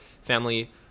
Family